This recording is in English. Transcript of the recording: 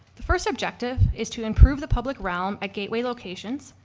the first objective is to improve the public realm at gateway locations,